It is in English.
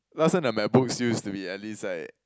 last time the macbooks used to be at least like